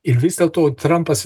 ir vis dėlto trampas